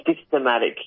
systematic